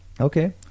Okay